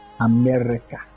America